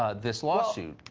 ah this lawsuit?